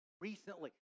recently